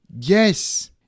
Yes